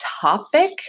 topic